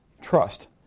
trust